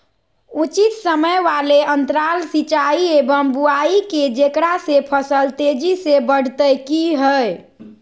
उचित समय वाले अंतराल सिंचाई एवं बुआई के जेकरा से फसल तेजी से बढ़तै कि हेय?